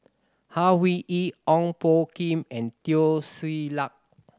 Au Hing Yee Ong Poh Kim and Teo Ser Luck